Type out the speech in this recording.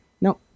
No